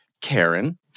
Karen